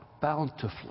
bountifully